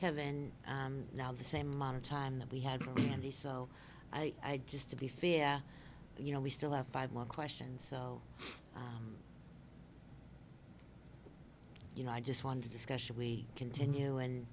kevin and now the same amount of time that we had and he so i just to be fair you know we still have five more questions so you know i just want to discuss should we continue and